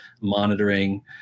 monitoring